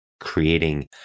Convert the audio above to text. creating